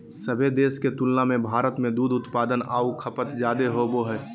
सभे देश के तुलना में भारत में दूध उत्पादन आऊ खपत जादे होबो हइ